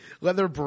leather